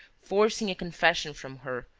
forcing a confession from her,